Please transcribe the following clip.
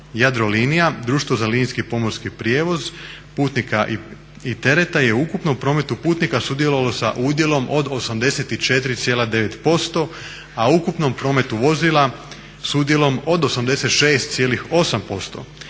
Jadrolinija, Društvo za linijski pomorski prijevoz putnika i tereta je u ukupnom prometu putnika sudjelovalo sa udjelom od 84,9% a u ukupnom prometu vozila s udjelom od 86,8%.